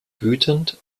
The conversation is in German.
wütend